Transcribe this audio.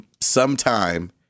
sometime